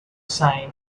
sign